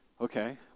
okay